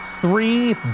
Three